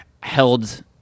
held